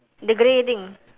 the grey thing